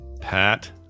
Pat